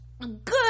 Good